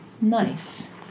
Nice